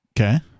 Okay